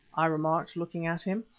i remarked, looking at him.